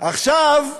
עכשיו,